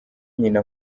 nyina